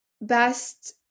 best